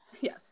yes